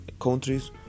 countries